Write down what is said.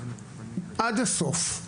עד הסוף.